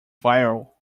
viral